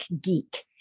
geek